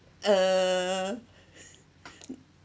err